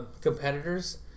competitors